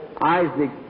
Isaac